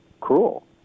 cruel